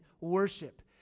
worship